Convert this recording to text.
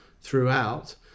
throughout